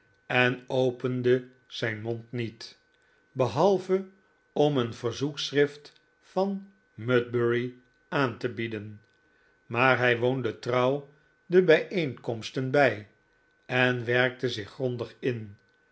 en opende zijn mond niet behalve om een verzoekschrift van mudbury aan te bieden maar hij woonde trouw de bijeenkomsten bij en werkte zich grondig in